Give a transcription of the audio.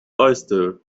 oyster